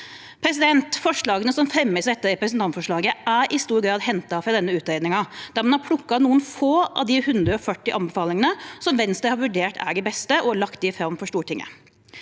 Forslagene som fremmes i dette representantforslaget, er i stor grad hentet fra denne utredningen. Man har plukket noen få av de 140 anbefalingene som Venstre har vurdert er de beste, og lagt dem fram for Stortinget.